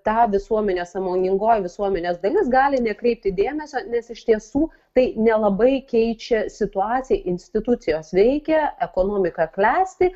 ta visuomenė sąmoningoji visuomenės dalis gali nekreipti dėmesio nes iš tiesų tai nelabai keičia situaciją institucijos veikia ekonomika klesti